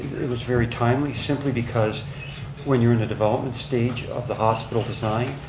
very timely simply because when you're in the development stage of the hospital design,